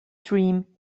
dream